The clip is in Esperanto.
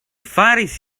faris